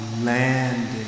Landing